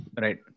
Right